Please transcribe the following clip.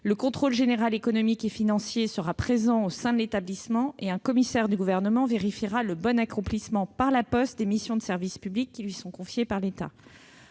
Le contrôle général économique et financier sera présent au sein de l'établissement et un commissaire du Gouvernement vérifiera le bon accomplissement par La Poste des missions de service public qui lui sont confiées par l'État.